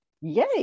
Yay